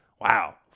wow